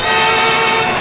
so